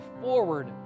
forward